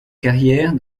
carrière